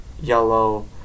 yellow